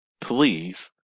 Please